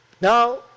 Now